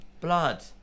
blood